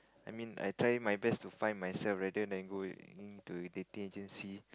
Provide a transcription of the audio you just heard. I mean I try my best to find myself rather than going to dating agency